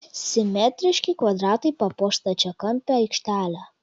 simetriški kvadratai papuoš stačiakampę aikštelę